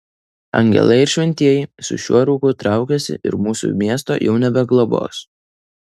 angelai ir šventieji su šiuo rūku traukiasi ir mūsų miesto jau nebeglobos